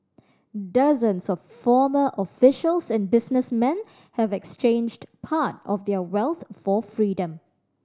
dozens of former officials and businessmen have exchanged part of their wealth for freedom